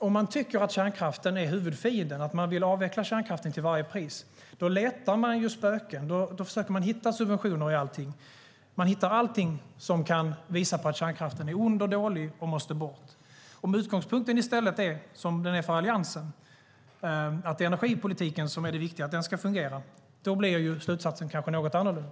Om man tycker att kärnkraften är huvudfienden och om man vill avveckla den till varje pris letar man spöken. Då försöker man hitta subventioner i allting. Man hittar allting som kan visa på att kärnkraften är ond och dålig och måste bort. Om utgångspunkten i stället är den som Alliansen har - att det är energipolitiken som är det viktiga och att den ska fungera - blir slutsatsen kanske något annorlunda.